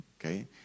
okay